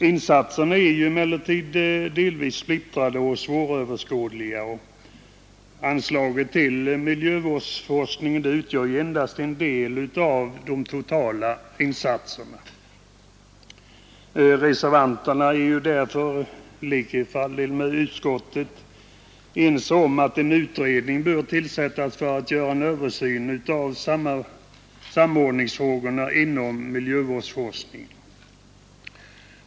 Insatserna är emellertid splittrade och svåröverskådliga. Anslaget till miljövårdsforsk ning utgör endast en del av de totala insatserna. Vi reservanter anser därför i likhet med utskottsmajoriteten att en utredning bör tillsättas för att göra en översyn av samordningsfrågorna inom miljövårdsforskningen.